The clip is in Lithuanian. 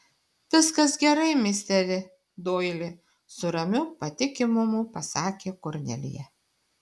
viskas gerai misteri doili su ramiu patikimumu pasakė kornelija